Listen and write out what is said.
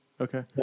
Okay